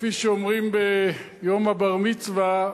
כפי שאומרים ביום הבר-מצווה,